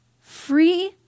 free